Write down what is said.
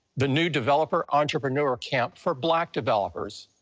the new developer entrepreneur camp for black developers.